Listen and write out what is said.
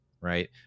right